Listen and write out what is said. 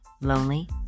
lonely